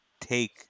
take